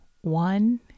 one